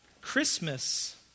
Christmas